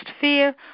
fear